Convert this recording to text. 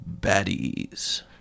Baddies